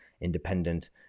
independent